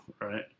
Right